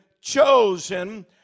chosen